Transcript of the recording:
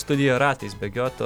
studijo ratais bėgiot